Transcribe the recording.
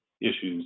issues